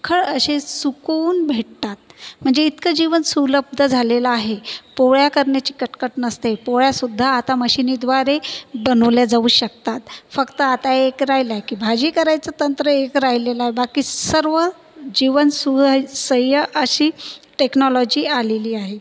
खळ अशे सुकून भेटतात म्हणजे इतकं जीवन सुलब्ध झालेलं आहे पोळ्या करण्याची कटकट नसते पोळ्यासुद्धा आता मशीनीद्वारे बनवल्या जाऊ शकतात फक्त आता एक राहिलंय की भाजी करायचं तंत्र एक राहिलेलं आहे बाकी सर्व जीवन सुय सय्य अशी टेक्नॉलॉजी आलेली आहे